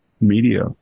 media